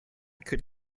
could